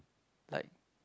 like